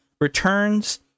returns